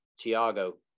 Tiago